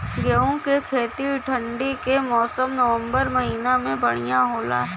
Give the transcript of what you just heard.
गेहूँ के खेती ठंण्डी के मौसम नवम्बर महीना में बढ़ियां होला?